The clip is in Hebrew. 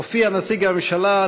הופיע נציג הממשלה,